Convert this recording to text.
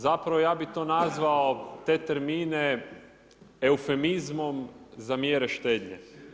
Zapravo ja bih to nazvao te termine eufemizmom za mjere štednje.